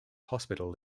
hospital